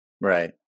Right